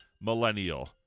millennial